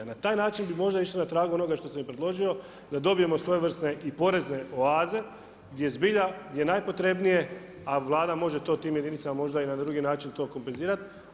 Na taj način bi možda išli na tragu onoga što sam i predložio da dobijemo svojevrsne i porezne oaze gdje zbilja, gdje je najpotrebnije a Vlada može to tim jedinicama možda i na drugi način to kompenzirati.